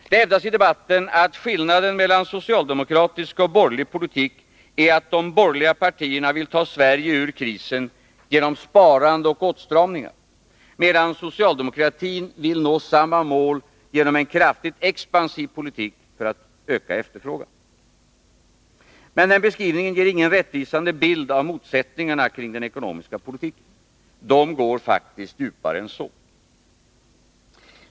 Det hävdas i debatten att skillnaden mellan socialdemokratisk och borgerlig politik är att de borgerliga partierna vill ta Sverige ur krisen genom sparande och åtstramningar medan socialdemokratin vill nå samma mål genom en kraftigt expansiv politik för att öka efterfrågan. Men den beskrivningen ger ingen rättvisande bild av motsättningarna kring den ekonomiska politiken. De går faktiskt djupare än så.